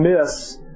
miss